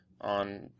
on